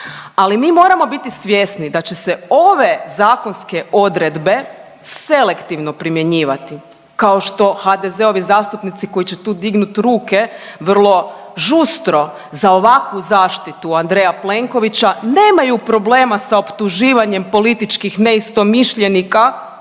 ali mi moramo biti svjesni da će se ove zakonske odredbe selektivno primjenjivati kao što HDZ-ovi zastupnici koji će tu dignut ruke vrlo žustro za ovakvu zaštitu Andreja Plenkovića nemaju problema sa optuživanjem političkih neistomišljenika